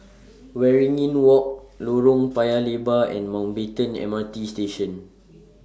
Waringin Walk Lorong Paya Lebar and Mountbatten M R T Station